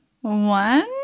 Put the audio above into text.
One